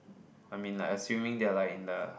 I mean like assuming they are like in the